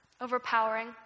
overpowering